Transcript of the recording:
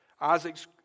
Isaac's